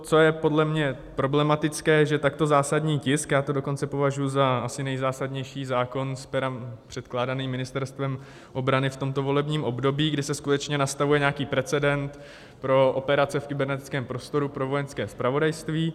Co je podle mě problematické, že takto zásadní tisk, já to dokonce považuji za asi nejzásadnější zákon předkládaný Ministerstvem obrany v tomto volebním období, kdy se nastavuje nějaký precedens pro operace v kybernetickém prostoru pro Vojenské zpravodajství.